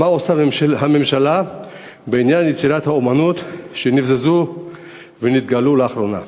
מה עושה הממשלה בעניין יצירות האמנות שנבזזו ונתגלו לאחרונה?